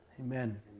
Amen